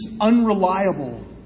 unreliable